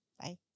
Bye